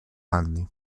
anni